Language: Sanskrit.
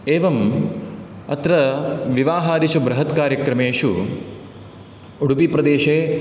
एवम् अत्र विवाहादिषु बृहत्कार्याक्रमेषु उडुपिप्रदेशे